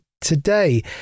today